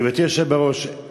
גברתי היושבת בראש,